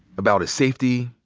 about his safety,